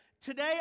Today